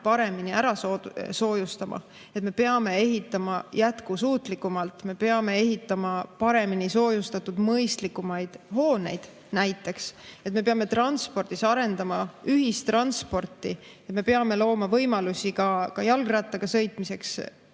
paremini ära soojustama, et me peame ehitama jätkusuutlikumalt, me peame ehitama paremini soojustatud mõistlikumaid hooneid näiteks, et me peame arendama ühistransporti, et me peame looma võimalusi ka jalgrattaga sõitmiseks,